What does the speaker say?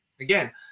Again